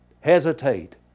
hesitate